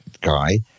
guy